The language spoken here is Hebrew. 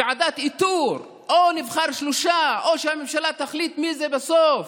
ועדת איתור או שנבחר שלושה או שהממשלה תחליט מי זה בסוף